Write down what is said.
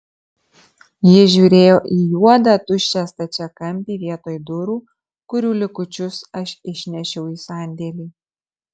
ji žiūrėjo į juodą tuščią stačiakampį vietoj durų kurių likučius aš išnešiau į sandėlį